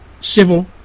civil